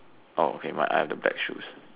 oh okay my I have the black shoes